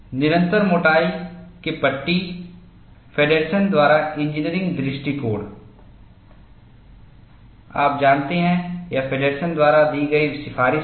निरंतर मोटाई के पट्टी - फेडर्सन द्वारा इंजीनियरिंग दृष्टिकोण आप जानते हैं यह फेडरसन द्वारा दी गई सिफारिश थी